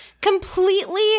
completely